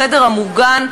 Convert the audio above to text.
החדר המוגן,